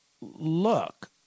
look